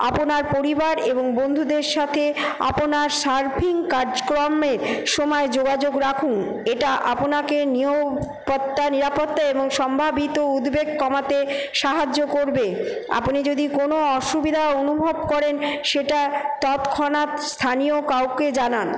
আপনার পরিবার এবং বন্ধুদের সাথে আপনার সার্ফিং কার্যক্রমের সময় যোগাযোগ রাখুন এটা আপনাকে পত্তা নিরাপত্তা এবং সম্ভাবিত উদ্বেগ কমাতে সাহায্য করবে আপনি যদি কোনো অসুবিধা অনুভব করেন সেটা তৎক্ষণাৎ স্থানীয় কাউকে জানান